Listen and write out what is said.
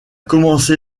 commencé